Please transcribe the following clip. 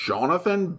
Jonathan